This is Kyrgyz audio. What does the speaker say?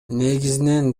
негизинен